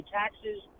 taxes